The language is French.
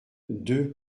deux